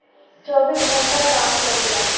चौबीस घंटा काम करेला